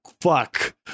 fuck